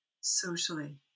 socially